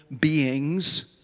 beings